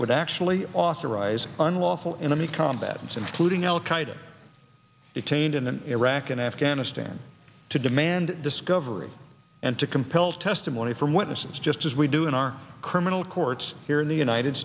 would actually authorize unlawful enemy combatants and pleading al qaeda detained in iraq and afghanistan to demand discovery and to compel testimony from witnesses just as we do in our criminal courts here in the united